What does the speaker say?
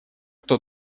кто